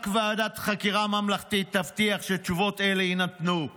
רק ועדת חקירה ממלכתית תבטיח שתשובות אלה יינתנו";